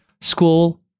school